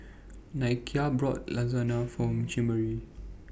Nakia bought Lasagne For Chimere